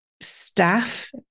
staff